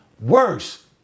worse